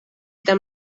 eta